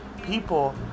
people